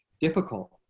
difficult